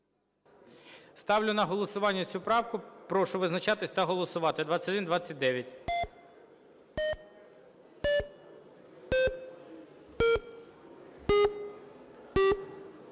Ставлю на голосування цю правку. Прошу визначатись та голосувати.